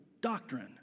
doctrine